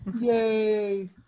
Yay